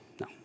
No